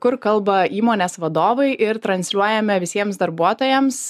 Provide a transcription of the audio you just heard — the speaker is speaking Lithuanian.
kur kalba įmonės vadovai ir transliuojame visiems darbuotojams